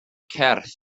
cyrff